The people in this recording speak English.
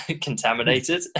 contaminated